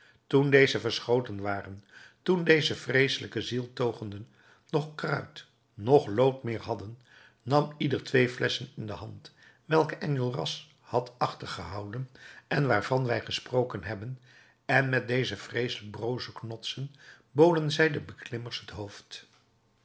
toen deze verschoten waren toen deze vreeselijke zieltogenden noch kruid noch lood meer hadden nam ieder twee flesschen in de hand welke enjolras had achtergehouden en waarvan wij gesproken hebben en met deze vreeselijk broze knotsen boden zij den beklimmers het hoofd